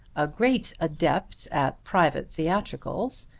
a great adept at private theatricals,